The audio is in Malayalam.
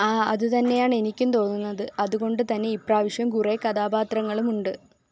ആ അതുതന്നെയാണ് എനിക്കും തോന്നുന്നത് അതുകൊണ്ട് തന്നെ ഇപ്പ്രാവശ്യം കുറേ കഥാപാത്രങ്ങളുമുണ്ട്